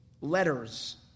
letters